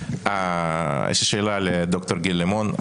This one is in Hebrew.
יש לי שאלה לד"ר גיל לימון,